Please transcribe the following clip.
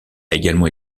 également